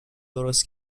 درست